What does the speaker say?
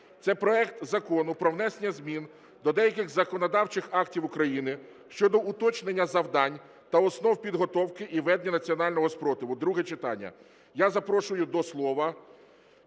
це проект Закону про внесення змін до деяких законодавчих актів України щодо уточнення завдань та основ підготовки і ведення національного спротиву (друге читання). Я запрошую до слова